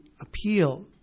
appeal